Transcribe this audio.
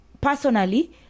personally